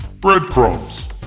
Breadcrumbs